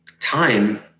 Time